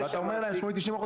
ואתה אומר להם: 80%-90%,